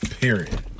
Period